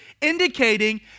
indicating